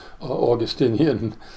Augustinian